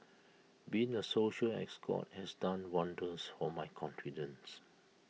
being A social escort has done wonders for my confidence